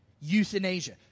Euthanasia